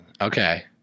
Okay